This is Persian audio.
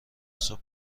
صبح